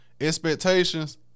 Expectations